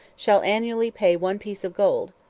shall annually pay one piece of gold,